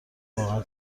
واقعا